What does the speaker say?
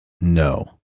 no